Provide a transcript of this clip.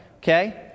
okay